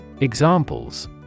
Examples